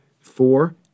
four